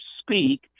speak